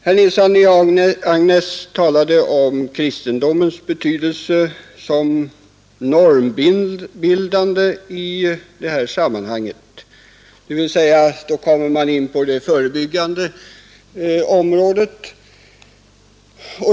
Sedan talade herr Nilsson i Agnäs om kristendomens betydelse som normbildande i sammanhanget, och då kommer vi in på det förebyggande området.